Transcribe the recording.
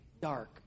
dark